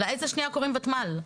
לעז השנייה קוראים ותמ"ל.